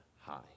high